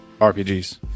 RPGs